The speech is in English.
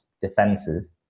defenses